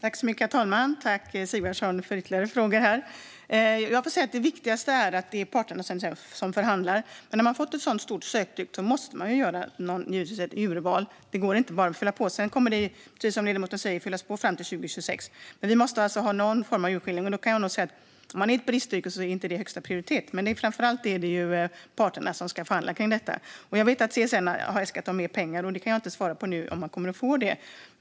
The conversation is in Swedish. Herr talman! Tack, ledamoten Sigvardsson, för ytterligare frågor! Det viktigaste är att det är parterna som förhandlar, men när man har fått ett så stort söktryck måste man givetvis göra ett urval - det går inte bara att fylla på. Sedan kommer det, som ledamoten säger, att fyllas på till 2026, men vi måste alltså ha något slags urskillning. Jag kan nog säga att om man är i ett bristyrke är det inte högsta prioritet. Men framför allt är det parterna som ska förhandla om detta. Jag vet att CSN har äskat mer pengar, och jag kan inte nu svara på om de kommer att få det.